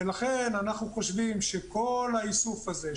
ולכן אנחנו חושבים שכל האיסוף הזה,